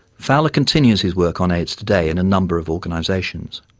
fowler continues his work on aids today in a number of organizations.